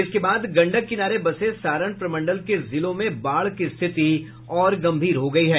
इसके बाद गंडक किनारे बसे सारण प्रमंडल के जिलों में बाढ़ की स्थिति और गम्भीर हो गयी है